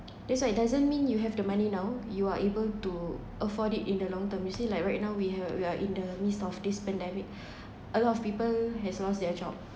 that's why it doesn't mean you have the money now you are able to afford it in the long term you see like right now we ha~ we are in the midst of this pandemic a lot of people has lost their job